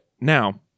Now